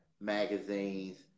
magazine's